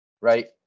right